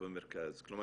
במרכז, כלומר